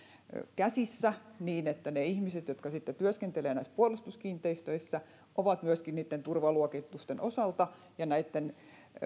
käsissä niin että ne ihmiset jotka työskentelevät puolustuskiinteistöissä ovat myöskin turvaluokitusten osalta ja